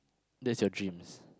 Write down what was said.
that's your dreams